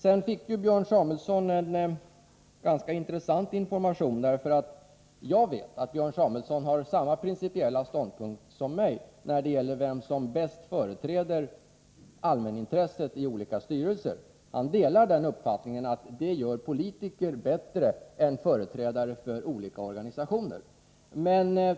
Björn Samuelson fick en ganska intressant information. Jag vet att Björn Samuelson har samma principiella ståndpunkt som jag när det gäller vem som bäst företräder allmänintresset i olika styrelser. Han delar uppfattningen att politiker gör detta bättre än företrädare för olika organisationer.